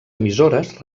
emissores